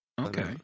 Okay